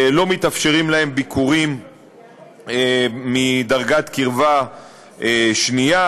לא מתאפשרים להם ביקורים מדרגת קרבה שנייה,